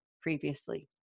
previously